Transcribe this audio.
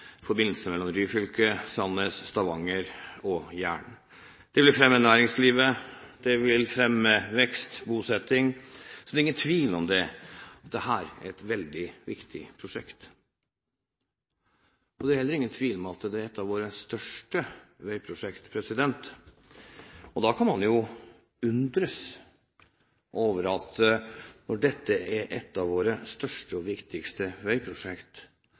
forbindelse mellom Ryfylke, Sandnes, Stavanger og Jæren. Det vil fremme næringsliv, vekst og bosetting, så det er ingen tvil om at dette er et veldig viktig prosjekt. Det er heller ingen tvil om at det er et av våre største veiprosjekt. Da kan man jo undres over at man – når dette er et av våre største og viktigste veiprosjekt